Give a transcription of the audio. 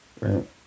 right